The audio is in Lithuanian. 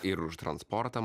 ir už transportą